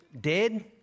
dead